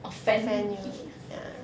offend you